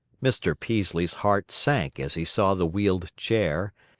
mr. peaslee's heart sank as he saw the wheeled chair,